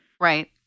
Right